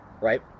right